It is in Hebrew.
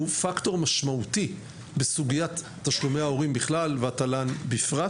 פקטור משמעותי בסוגיית תשלומי ההורים בכלל והתל"ן בפרט